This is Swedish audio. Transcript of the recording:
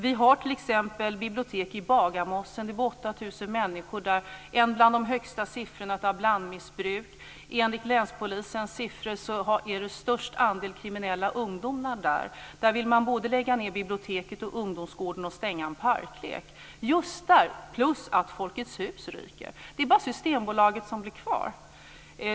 Vi har t.ex. ett bibliotek i Bagarmossen, där det bor 8 000 människor. Man har där bland de högsta siffrorna för blandmissbruk. Enligt länspolisens uppgifter har man där störst andel kriminella ungdomar. Man vill just där lägga ned biblioteket, stänga ungdomsgården och lägga ned en parklek. Även Folkets hus läggs ned. Det är bara Systembolaget som blir kvar.